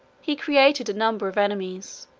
he created a number of enemies,